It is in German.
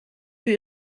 für